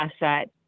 asset